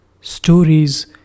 Stories